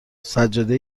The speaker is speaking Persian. سجاده